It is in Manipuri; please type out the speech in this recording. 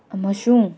ꯑꯃꯁꯨꯡ